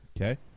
Okay